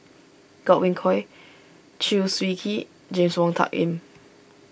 Godwin Koay Chew Swee Kee James Wong Tuck Yim